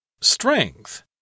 Strength